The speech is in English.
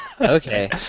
Okay